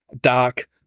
dark